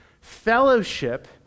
Fellowship